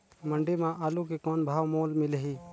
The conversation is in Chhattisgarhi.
मंडी म आलू के कौन भाव मोल मिलही?